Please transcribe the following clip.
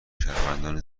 شهروندان